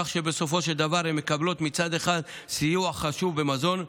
כך בסופו של דבר המשפחות מקבלות מצד אחד סיוע חשוב במזון,